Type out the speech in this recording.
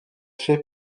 fait